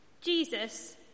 Jesus